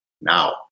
now